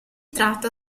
tratta